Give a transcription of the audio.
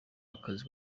akazi